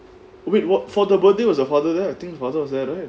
wait what for the birthday was her father there I think her father was there right